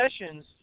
Sessions